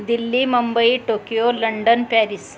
Delhi Mumbai Tokyo London Paris